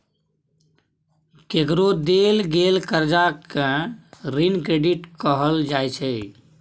केकरो देल गेल करजा केँ ऋण क्रेडिट कहल जाइ छै